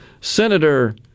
Senator